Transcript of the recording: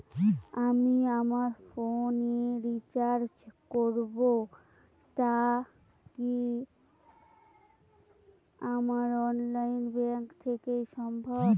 আমি আমার ফোন এ রিচার্জ করব টা কি আমার অনলাইন ব্যাংক থেকেই সম্ভব?